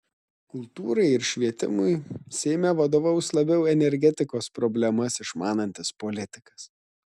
kultūrai ir švietimui seime vadovaus labiau energetikos problemas išmanantis politikas